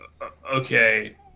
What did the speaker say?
okay